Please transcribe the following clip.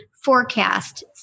forecast